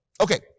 Okay